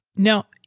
now,